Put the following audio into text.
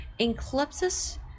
eclipses